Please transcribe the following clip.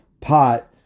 pot